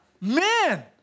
Man